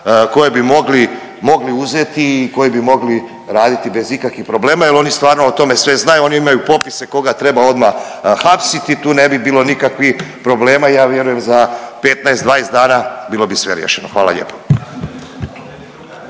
mogli, mogli uzeti i koji bi mogli raditi bez ikakvih problema jel oni stvarno o tome sve znaju, oni imaju popise koga treba odma hapsiti i tu ne bi bilo nikakvih problema i ja vjerujem za 15-20 dana bilo bi sve riješeno, hvala lijepo.